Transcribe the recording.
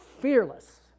fearless